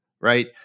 Right